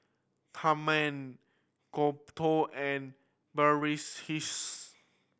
Tharman Gouthu and Verghese